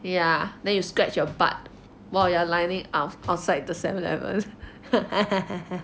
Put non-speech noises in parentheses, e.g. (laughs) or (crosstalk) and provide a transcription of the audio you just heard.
ya then you scratch your butt while you are lining up outside the seven eleven (laughs)